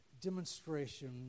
demonstration